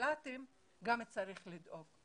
לחל"ת גם צריך לדאוג.